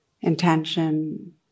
intention